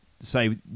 say